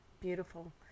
Beautiful